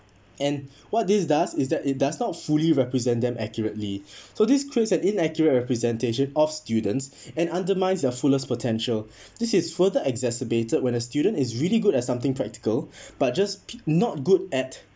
and what this does is that it does not fully represent them accurately so this creates an inaccurate representation of students and undermines their fullest potential this is further exacerbated when a student is really good at something practical but just not good at